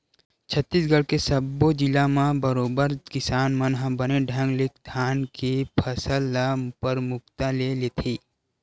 छत्तीसगढ़ के सब्बो जिला म बरोबर किसान मन ह बने ढंग ले धान के फसल ल परमुखता ले लेथे